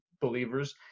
believers